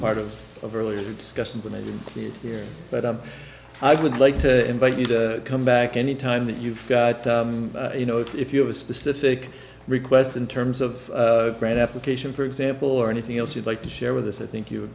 part of of earlier discussions and i didn't see it here but i would like to invite you to come back any time that you've you know if you have a specific request in terms of grant application for example or anything else you'd like to share with us i think you're